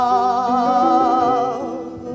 Love